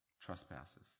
trespasses